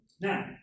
Now